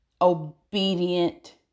obedient